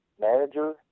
manager